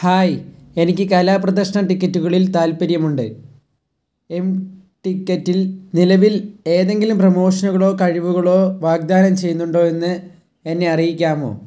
hi എനിക്ക് കലാപ്രദർശനം ടിക്കറ്റുകളിൽ താൽപ്പര്യമുണ്ട് എം ടിക്കറ്റിൽ നിലവിൽ എന്തെങ്കിലും പ്രമോഷനുകളോ കിഴിവുകളോ വാഗ്ദാനം ചെയ്യുന്നുണ്ടോ എന്ന് എന്നെ അറിയിക്കാമോ